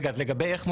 לגבי איך מודיעים,